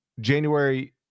January